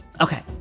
Okay